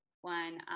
one